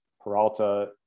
Peralta